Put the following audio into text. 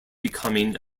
becoming